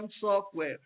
software